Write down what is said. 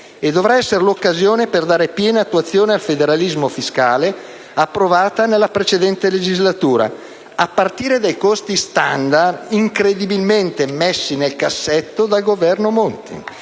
e dovrà essere l'occasione per dare piena attuazione al federalismo fiscale approvato nella precedente legislatura, a partire dai costi *standard* incredibilmente messi nel cassetto dal Governo Monti.